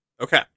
Okay